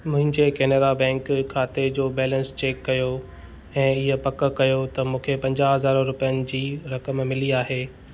मुंहिंजे केनरा बैंक खाते जो बैलेंस चेक कयो ऐं इहा पक कयो त मूंखे पंजाहु हज़ार रुपियनि जी रक़म मिली आहे